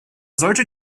solche